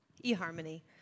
E-harmony